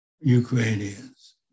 Ukrainians